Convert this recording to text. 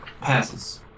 passes